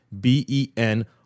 B-E-N